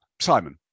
Simon